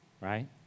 right